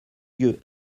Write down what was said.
lieu